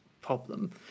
problem